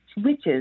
switches